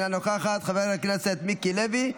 אינה נוכחת, חבר הכנסת מיקי לוי,